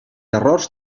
errors